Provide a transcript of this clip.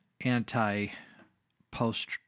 anti-post